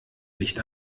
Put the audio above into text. licht